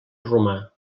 romà